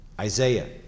Isaiah